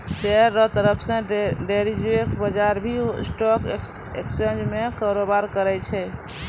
share रो तरह derivatives बजार भी स्टॉक एक्सचेंज में कारोबार करै छै